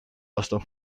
vastu